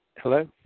Hello